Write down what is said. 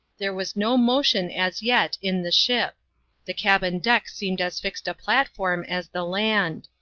there was no motion as yet in the ship the cabin deck seemed as fixed a platform as the land.